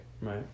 Right